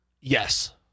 Yes